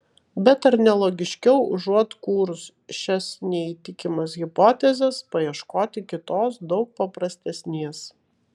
bet ar ne logiškiau užuot kūrus šias neįtikimas hipotezes paieškoti kitos daug paprastesnės